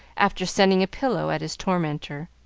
after sending a pillow at his tormentor.